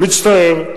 מצטער.